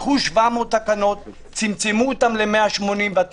לקחו 700 תקנות, צמצמו אותן ל-170.